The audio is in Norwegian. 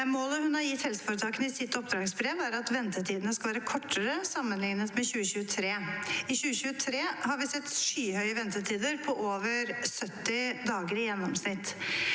Målet hun har gitt helseforetakene i sitt oppdragsbrev, er at ventetidene skal være kortere sammenliknet med 2023. I 2023 har vi sett skyhøye ventetider på over 70 dager i gjennomsnitt.